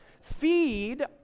Feed